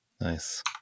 Nice